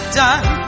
done